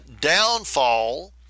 downfall